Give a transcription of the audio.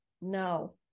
No